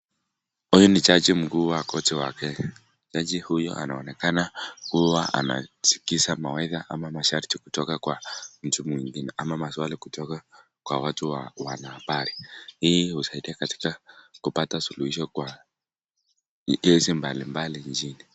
Huyu ni jaji mkuu wa korti wa Kenya. Jaji huyo anaonekana kuwa anaskiza mawaidha ama masharti kutoka kwa mtu mwingine ama maswali kutoka kwa watu wa wanahabari. Hii husaidia katika kupata suluhisho kwa kesi mbali mbali nchini.